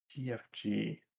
TFG